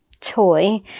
toy